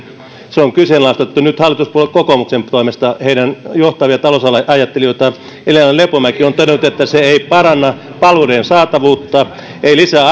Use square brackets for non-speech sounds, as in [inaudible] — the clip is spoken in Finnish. se on kyseenalaistettu nyt hallituspuolue kokoomuksen toimesta yksi heidän johtavista talousajattelijoista elina lepomäki on todennut että se ei paranna palveluiden saatavuutta ei lisää [unintelligible]